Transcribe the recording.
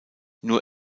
nur